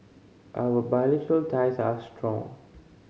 our bilateral ties are strong